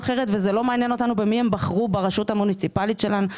אחרת וזה לא מעניין אותנו במי הם בחרו ברשות המוניציפאלית שלהם.